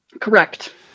Correct